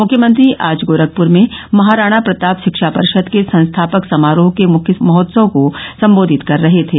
मुख्यमंत्री आज गोरखपुर में महाराणा प्रताप शिक्षा परिषद के संस्थापक समारोह के मुख्य महोत्सव को संबोधित कर रहे थे